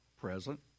present